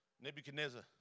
Nebuchadnezzar